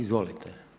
Izvolite.